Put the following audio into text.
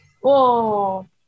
Whoa